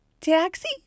taxi